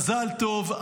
מזל טוב,